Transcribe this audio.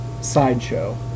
sideshow